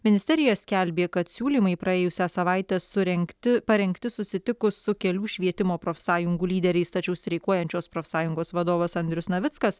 ministerija skelbė kad siūlymai praėjusią savaitę surengti parengti susitikus su kelių švietimo profsąjungų lyderiais tačiau streikuojančios profsąjungos vadovas andrius navickas